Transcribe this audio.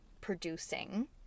producing